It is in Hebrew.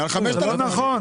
זה לא נכון.